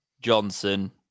Johnson